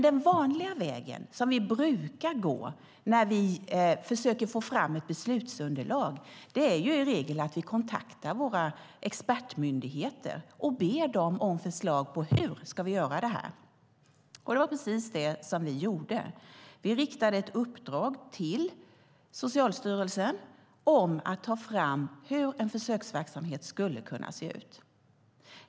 Den vanliga vägen som vi brukar gå när vi försöker få fram ett beslutsunderlag är i regel att vi kontaktar våra expertmyndigheter och ber dem om förslag på hur vi ska göra det. Det var precis det som vi gjorde. Vi riktade ett uppdrag till Socialstyrelsen om att ta fram hur en försöksverksamhet skulle kunna se ut.